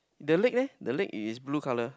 the leg leh the leg is blue colour